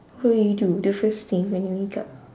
what would you do the first thing when you wake up